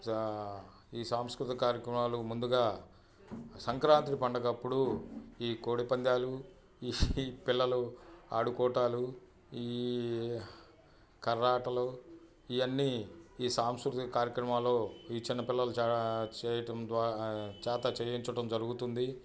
ఈ సంస్కృతిక కార్యక్రమాలు ముందుగా సంక్రాంతి పండుగప్పుడు ఈ కోడి పందాలు ఈ పిల్లలు ఆడుకోటాలు ఈ కర్ర ఆటలు ఇవన్నీ ఈ సంస్కృతిక కార్యక్రమాలో ఈ చిన్న పిల్లలు చె చేయటం చేత చేయించటం జరుగుతుంది